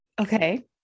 Okay